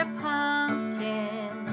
pumpkin